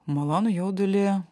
malonų jaudulį